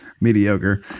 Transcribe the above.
mediocre